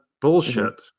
bullshit